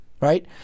right